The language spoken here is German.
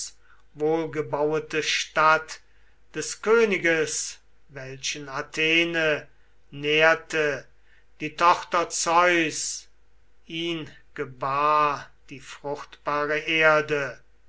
wohlgebauete stadt des königes welchen athene nährte die tochter zeus ihn gebar die fruchtbare erde